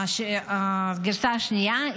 הגרסה השנייה,